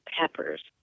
peppers